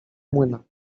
młyna